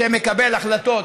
שמקבל החלטות